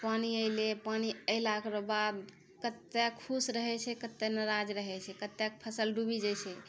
पानि अयलैह पानि अयलाहके बाद कत्ते खुश रहै छै कत्ते नाराज रहै छै कत्तेके फसल डुबि जाइ छै